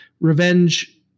revenge